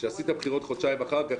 כשעשית בחירות חודשיים אחר כך,